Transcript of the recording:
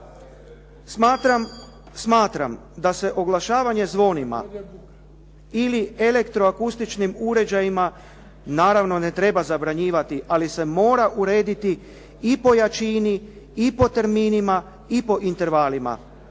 Smatram da se oglašavanje zvonima ili elektroakustičkim uređajima naravno ne treba zabranjivati ali se mora urediti i po jačini, i po terminima, i po intervalima.